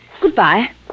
Goodbye